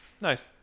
Nice